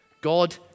God